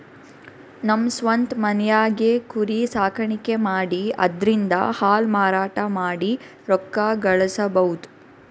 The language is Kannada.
ನಮ್ ಸ್ವಂತ್ ಮನ್ಯಾಗೆ ಕುರಿ ಸಾಕಾಣಿಕೆ ಮಾಡಿ ಅದ್ರಿಂದಾ ಹಾಲ್ ಮಾರಾಟ ಮಾಡಿ ರೊಕ್ಕ ಗಳಸಬಹುದ್